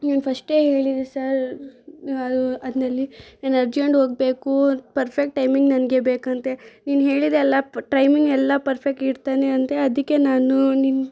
ನಾನು ಫಸ್ಟೆ ಹೇಳಿದೆ ಸರ್ ಅದು ಅದ್ನಲ್ಲಿ ನಾನು ಅರ್ಜೆಂಟ್ ಹೋಗಬೇಕು ಪರ್ಫೆಕ್ಟ್ ಟೈಮಿಂಗ್ ನನಗೆ ಬೇಕಂತೆ ನೀನು ಹೇಳಿದೆ ಅಲ್ಲ ಟೈಮಿಂಗ್ ಎಲ್ಲಾ ಪರ್ಫೆಕ್ಟ್ ಇಡ್ತೇನೆ ಅಂತ ಅದಕ್ಕೆ ನಾನು ನಿಮ್ಮ